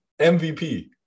MVP